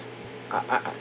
I I I